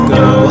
go